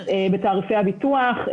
בתעריפי הביטוח,